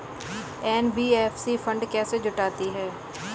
NBFC fund कैसे जुटाती है?